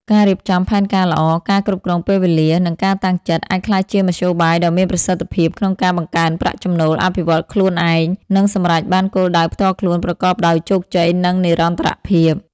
ការរៀបចំផែនការល្អ ការគ្រប់គ្រងពេលវេលា និងការតាំងចិត្ត អាចក្លាយជាមធ្យោបាយដ៏មានប្រសិទ្ធភាពក្នុងការបង្កើនប្រាក់ចំណូល អភិវឌ្ឍខ្លួនឯង និងសម្រេចបានគោលដៅផ្ទាល់ខ្លួនប្រកបដោយជោគជ័យ និងនិរន្តរភាព។